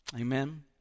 Amen